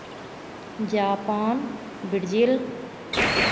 Japan Brazil